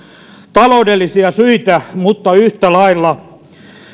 taloudellisia syitä mutta yhtä lailla